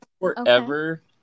forever